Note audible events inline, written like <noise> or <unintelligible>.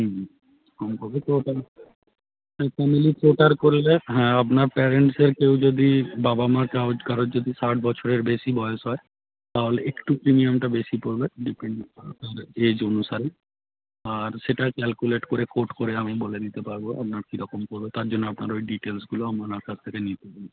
হুম কম হবে তো ওটা হ্যাঁ ফ্যামেলি ফ্লোটার করলে হ্যাঁ আপনার প্যারেন্টসের কেউ যদি বাবা মা কা কারোর যদি ষাট বছরের বেশি বয়স হয় তাহলে একটু প্রিমিয়ামটা বেশি পড়বে <unintelligible> এজ অনুসারে আর সেটা ক্যালকুলেট করে কোট করে আমি বলে দিতে পারবো ওনার কীরকম পড়বে তার জন্য আপনার ওই ডিটেলসগুলো আমার আকাশ থেকে নিতে হবে